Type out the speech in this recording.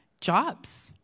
Jobs